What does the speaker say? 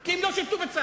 כי הם לא שירתו בצה"ל.